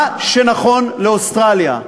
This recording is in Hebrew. מה שנכון לאוסטרליה,